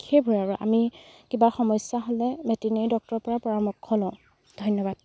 সেইবোৰেই আৰু আমি কিবা সমস্যা হ'লে ভেটেনেৰি ডক্টৰৰ পৰা পৰামৰ্শ লওঁ ধন্যবাদ